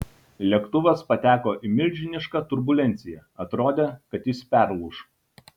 lėktuvas pateko į milžinišką turbulenciją atrodė kad jis perlūš